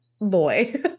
boy